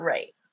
Right